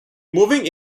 moving